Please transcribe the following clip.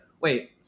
wait